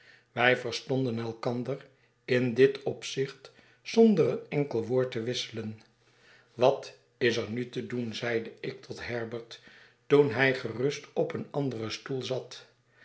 wij verstonden elkander in dit opzicht zonder een enkel woord te wisselen wat is er nu te doen zeide ik tot herbert toen hij gerust op een anderen stoel zat